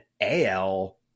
AL